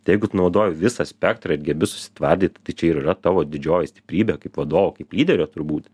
tai jeigu tu naudoji visą spektrą gebi susitvardyt tai čia ir yra tavo didžioji stiprybė kaip vadovo kaip lyderio turbūt